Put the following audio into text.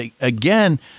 Again